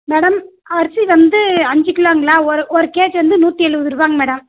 madam அரிசி வந்து அஞ்சு கிலோங்களா ஒரு ஒரு கேஜி வந்து நூற்றி எழுவதுருவாங்க மேடம்